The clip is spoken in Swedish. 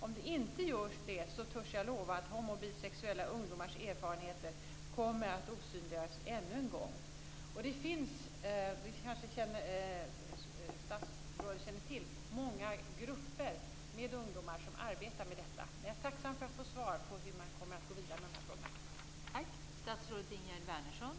Om det inte blir så törs jag lova att homo och bisexuella ungdomars erfarenheter kommer att osynliggöras ännu en gång. Statsrådet kanske känner till att det finns många grupper med ungdomar som arbetar med detta. Jag är tacksam för att få svar på frågan hur man kommer att gå vidare med de här frågorna.